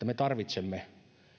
me tarvitsemme